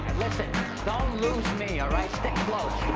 don't lose me, all right, stick close.